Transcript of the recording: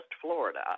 Florida